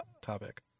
topic